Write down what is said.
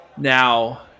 Now